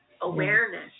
awareness